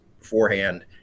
beforehand